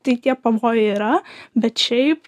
tai tie pavojai yra bet šiaip